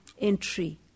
entry